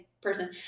person